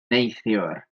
neithiwr